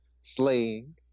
slaying